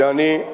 שאני,